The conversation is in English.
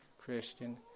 Christian